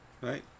Right